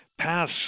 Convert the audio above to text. pass